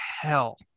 hell